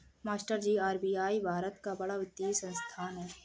मास्टरजी आर.बी.आई भारत का बड़ा वित्तीय संस्थान है